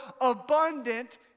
abundant